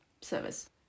service